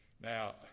Now